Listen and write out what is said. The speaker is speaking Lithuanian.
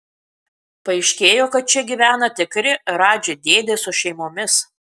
paaiškėjo kad čia gyvena tikri radži dėdės su šeimomis